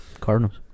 Cardinals